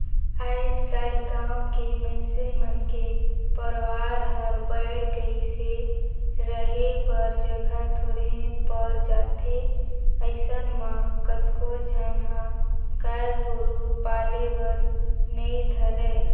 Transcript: आयज कायल गाँव के मइनसे मन के परवार हर बायढ़ गईस हे, रहें बर जघा थोरहें पर जाथे अइसन म कतको झन ह गाय गोरु पाले बर नइ धरय